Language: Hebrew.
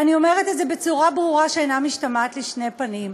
אני אומרת את זה בצורה ברורה שאינה משתמעת לשני פנים.